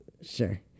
Sure